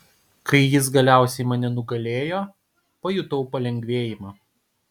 kai jis galiausiai mane nugalėjo pajutau palengvėjimą